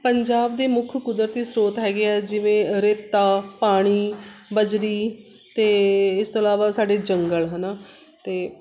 ਪੰਜਾਬ ਦੇ ਮੁੱਖ ਕੁਦਰਤੀ ਸਰੋਤ ਹੈਗੇ ਆ ਜਿਵੇਂ ਰੇਤਾ ਪਾਣੀ ਬਜਰੀ ਅਤੇ ਇਸ ਤੋਂ ਇਲਾਵਾ ਸਾਡੇ ਜੰਗਲ ਹੈ ਨਾ ਅਤੇ